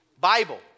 Bible